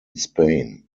spain